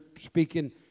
speaking